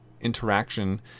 interaction